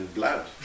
blood